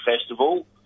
Festival